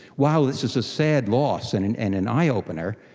while this is a sad loss and an and an eye-opener,